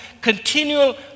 continual